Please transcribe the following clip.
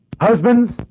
Husbands